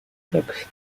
tak